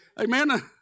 Amen